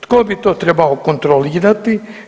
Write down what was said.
Tko bi to trebao kontrolirati?